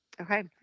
Okay